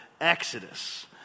Exodus